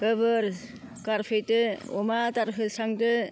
गोबोर गारफैदो अमा आदार होस्रांदो